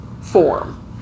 form